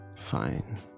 Fine